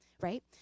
right